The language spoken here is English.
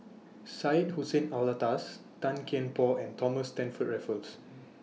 Syed Hussein Alatas Tan Kian Por and Thomas Stamford Raffles